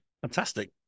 Fantastic